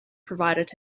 provided